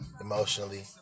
emotionally